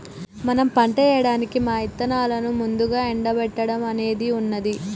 మనం పంట ఏయడానికి మా ఇత్తనాలను ముందుగా ఎండబెట్టడం అనేది ఉన్నది